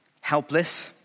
helpless